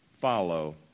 follow